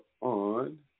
on